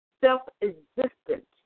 self-existent